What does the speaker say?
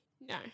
No